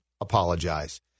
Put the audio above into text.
apologize